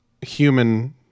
human